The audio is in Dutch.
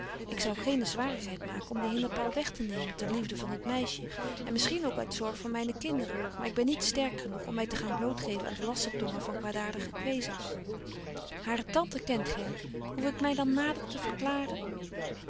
ik zou geene zwarigheid maken om die hinderpaal weg te nemen ter liefde van het meisje en misschien ook uit zorg voor myne kinderen maar ik ben niet sterk genoeg om my te gaan blootgeven aan de lastertongen van kwaadaartige kwezels hare tante kent gy hoef ik my dan nader te verklaren